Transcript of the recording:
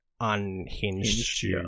unhinged